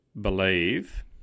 believe